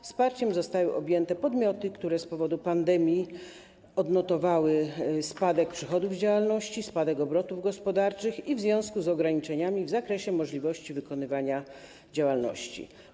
Wsparciem zostały objęte podmioty, które z powodu pandemii odnotowały spadek przychodów z działalności, spadek obrotów gospodarczych i odczuły ograniczenia w zakresie możliwości wykonywania działalności.